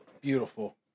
beautiful